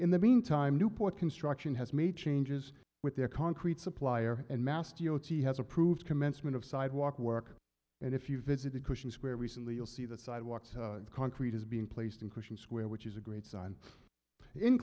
in the meantime newport construction has made changes with their concrete supplier and masti o t has approved commencement of sidewalk work and if you visit the cushion square recently you'll see the sidewalks concrete is being placed in cushing square which is a great sign in